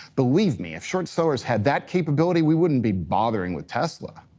believe me, if short sellers had that capability, we wouldn't be bothering with tesla.